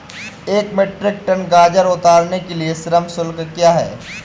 एक metric ton गाजर उतारने के लिए श्रम शुल्क क्या है?